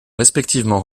respectivement